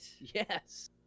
Yes